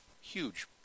huge